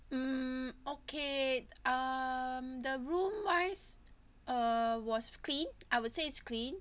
mm okay um the room-wise uh was clean I would say it's clean